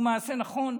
הוא מעשה נכון,